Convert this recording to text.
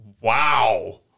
Wow